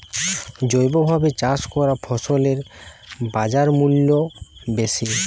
জৈবভাবে চাষ করা ফসলের বাজারমূল্য বেশি